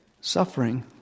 Suffering